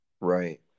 Right